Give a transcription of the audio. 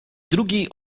drugiej